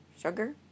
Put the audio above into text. sugar